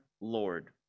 Lord